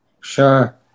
sure